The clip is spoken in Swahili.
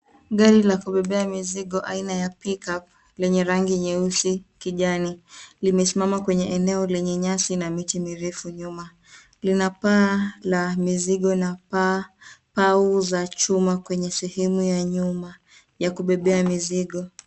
Gari la kupepea mizigo aina ya pick up lenye rangi nyeusi kijani limesimama kwenye eneo lenye nyasi na miti Mirefu nyuma Lina paa la mizigo na paa pau za chuma kwenye sehemu ya nyuma ya kupepea mizigo.